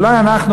אולי אנחנו,